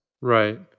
Right